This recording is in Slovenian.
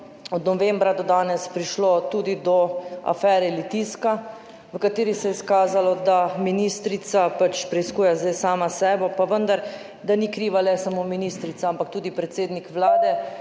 od novembra do danes prišlo tudi do afere Litijska, v kateri se je izkazalo, da ministrica pač preiskuje zdaj sama sebe, pa vendar, da ni kriva le samo ministrica, ampak tudi predsednik Vlade